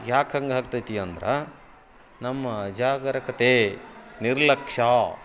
ಯಾಕೆ ಹಂಗೆ ಆಗ್ತೈತಿ ಅಂದ್ರೆ ನಮ್ಮ ಅಜಾಗರೂಕತೆ ನಿರ್ಲಕ್ಷ್ಯ